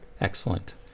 excellent